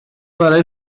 برا